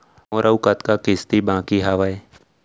मोर अऊ कतका किसती बाकी हवय?